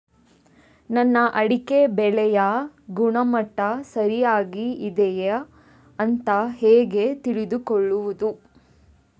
ನನ್ನ ಅಡಿಕೆ ಬೆಳೆಯ ಗುಣಮಟ್ಟ ಸರಿಯಾಗಿ ಇದೆಯಾ ಅಂತ ಹೇಗೆ ತಿಳಿದುಕೊಳ್ಳುವುದು?